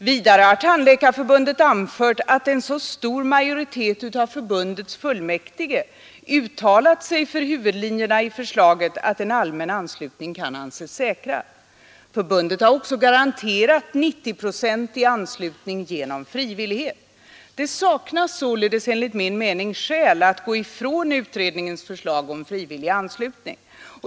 Vidare har Tandläkarförbundet anfört att en så stor majoritet av förbundets fullmäktige uttalat sig för huvudlinjerna i förslaget att en allmänn anslutning kan anses säkrad. Förbundet har också garanterat 90-procentig anslutning genom frivillighet. Det saknas således enligt min mening skäl att gå ifrån utredningens förslag om frivillig anslutning.